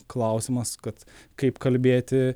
klausimas kad kaip kalbėti